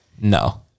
No